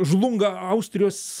žlunga austrijos